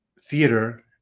theater